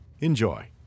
Enjoy